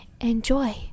Enjoy